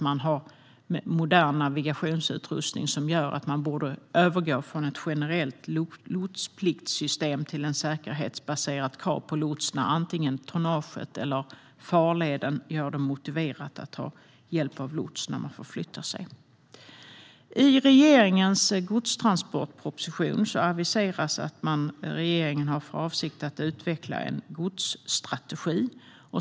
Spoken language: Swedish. Man har modern navigationsutrustning som gör att vi borde övergå från ett generellt godspliktssystem till ett säkerhetsbaserat krav på lots när antingen tonnaget eller farleden gör det motiverat att ha hjälp av lots när man förflyttar sig. I regeringens godstransportproposition aviseras att man har för avsikt att utveckla en godsstrategi.